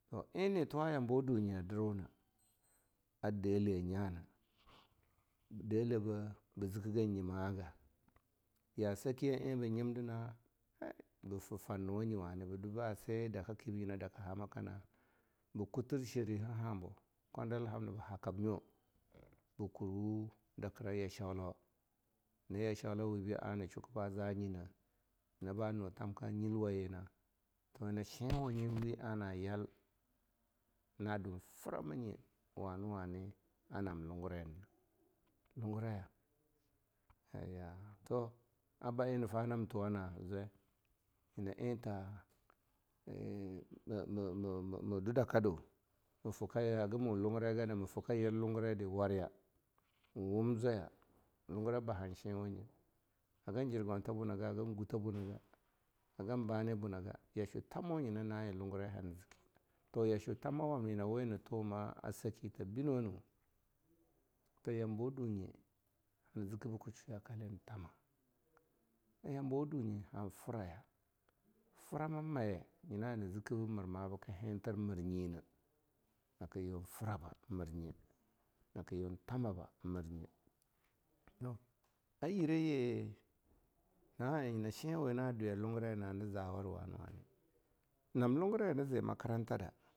Toh eh netwa ah yambawa dinye a dirwu na a deleh nyana, delebah ba zikidan nyima'a ga, ya sakiye eh ba nyimdi na e bafa farnuwa nye wani, ba dubi ase daka ki bi nyina daka hamaka na, bah kutir shariha ha boh kwadal ham na ba hakab nyo, ba kurwo dakira ya cholawa, niya cholawo webi ane chukba zayina nyina ba nah thamka nyila yinah. Toh nyina shiwanye weh ana yal na dun frama nye wani-wani a nan lungurai nina. lunguraja, aya toh a ba eh nafa nam tueana zwain nyina eh ta ee m-m-m-ma dwa daka du, ma fika ka ya haga mu lungurai gadu, ma fika yir langurai di wariya, en wum zwaya, lungurab ba han shinwanye, hagan jirgonta buna ga, hagan guten buna ga, hagan bane a abuna ga, yashulu thamo nyina na eh lungurai hana ziki nah. Toh yashwu thamo wamna nyina weh na tuwum a saki ta bino-nu ta yambawa dunye a zikibika shwa yakale eh thama, yambawa dunye an fraya, frayama manye zikir mirna biki hintir miruyinah, naka yun fraba mir nye, haka yun thama ba mire ye. Toh ah yireji ha eh nyina shinwi na dweya lungurai na hana zawara wani wani, nam lungirai hama ze makaranta da.